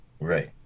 Right